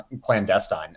clandestine